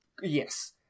Yes